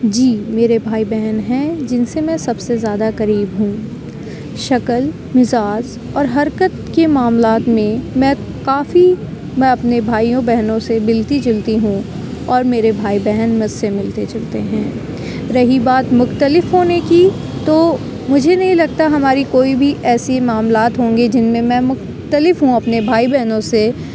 جی میرے بھائی بہن ہیں جن سے میں سب سے زیادہ قریب ہوں شکل مزاج اور حرکت کے معاملات میں کافی میں اپنے بھائیوں بہنوں سے ملتی جلتی ہوں اور میرے بھائی بہن مجھ سے ملتے جلتے ہیں رہی بات مختلف ہونے کی تو مجھے نہیں لگتا ہماری کوئی بھی ایسی معاملات ہوں گے جن میں میں مختلف ہوں اپنے بھائی بہنوں سے